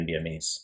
NBMEs